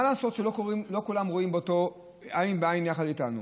מה לעשות שלא כולם רואים עין בעין יחד איתנו?